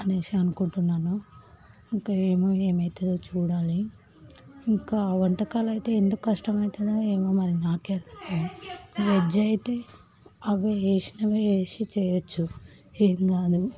అనేసి అనుకుంటున్నాను ఇంకా ఏమో ఏవుతుందో చూడాలి ఇంకా వంటకాలు అయితే ఎందుకు కష్టమవుతుందో ఏమో మరి నాకే తెలియదు వెజ్ అయితే అవే వేసినవే వేసి చెయ్యొచ్చు ఏం కాదు